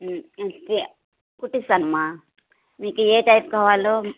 క కుట్టిస్తానమ్మా మీకు ఏ టైప్ కావాలో